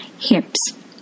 hips